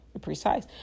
precise